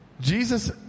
Jesus